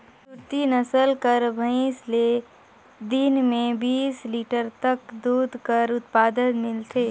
सुरती नसल कर भंइस ले दिन में बीस लीटर तक दूद कर उत्पादन मिलथे